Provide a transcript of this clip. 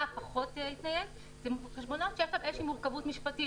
מה פחות יתנייד אלה חשבונות שיש בהם איזושהי מורכבות משפטית,